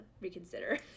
reconsider